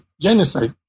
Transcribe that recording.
genocide